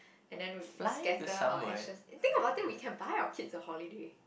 and then scatter our ashes think about that we can buy our kids a holiday